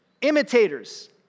Imitators